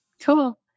Cool